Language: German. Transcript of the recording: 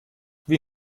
wie